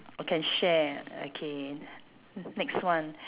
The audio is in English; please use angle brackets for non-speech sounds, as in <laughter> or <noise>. or can share okay <noise> next one